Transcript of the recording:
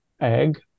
egg